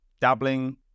dabbling